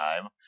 Time